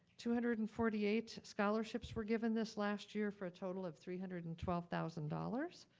two hundred and forty eight scholarships were given this last year for a total of three hundred and twelve thousand dollars.